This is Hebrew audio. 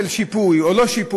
של שיפוי או לא שיפוי,